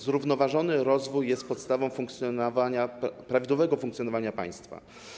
Zrównoważony rozwój jest podstawą prawidłowego funkcjonowania państwa.